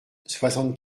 soixante